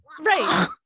right